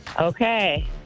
Okay